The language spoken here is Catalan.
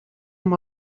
amb